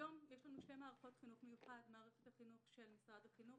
היום יש לנו שתי מערכות חינוך מיוחד: מערכת החינוך של משרד החינוך